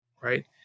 right